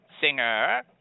singer